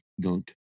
gunk